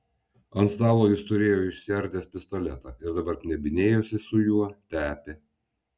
ant stalo jis turėjo išsiardęs pistoletą ir dabar knebinėjosi su juo tepė